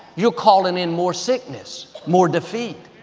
you're calling in more sickness, more defeat.